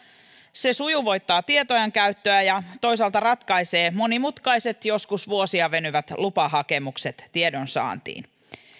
se sujuvoittaa tietojen käyttöä ja toisaalta ratkaisee monimutkaiset joskus vuosia venyvät lupahakemukset tiedonsaantiin